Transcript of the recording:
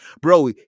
Bro